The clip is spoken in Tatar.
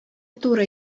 туры